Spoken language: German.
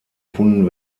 gefunden